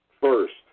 First